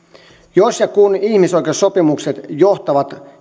jos ja kun ihmisoikeussopimukset johtavat